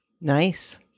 Nice